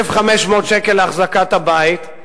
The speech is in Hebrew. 1,500 שקל להחזקת הבית,